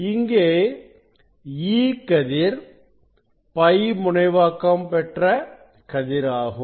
இங்கே E கதிர் π முனைவாக்கம் பெற்ற கதிர் ஆகும்